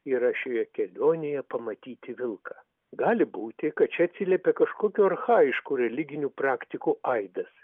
yra šioje kelionėje pamatyti vilką gali būti kad čia atsiliepė kažkokių archajiškų religinių praktikų aidas